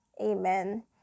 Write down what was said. amen